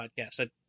podcast